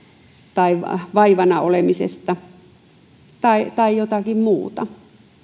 tai vaivana olemisesta tai tai jotakin muuta